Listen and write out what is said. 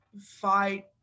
fight